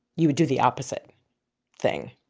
you would do the opposite thing.